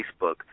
Facebook